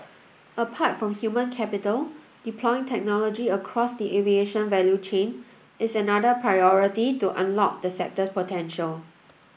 apart from human capital deploying technology across the aviation value chain is another priority to unlock the sector's potential